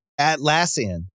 Atlassian